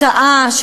טעה,